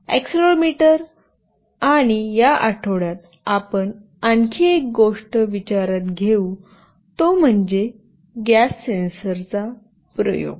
accelerometer आणि या आठवड्यात आपण आणखी एक गोष्ट विचारात घेऊ तो म्हणजे गॅस सेन्सर चा प्रयोग